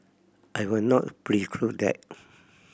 I will not preclude that